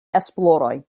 esploroj